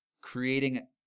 creating